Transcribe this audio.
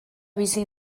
bizi